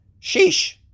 Sheesh